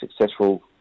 successful